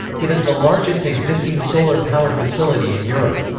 it is the largest existing solar power facility in europe.